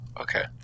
Okay